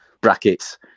brackets